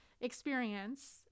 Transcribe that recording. experience